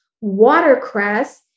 watercress